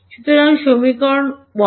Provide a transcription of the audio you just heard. সুতরাং সমীকরণ 1 এটি হয়ে যায়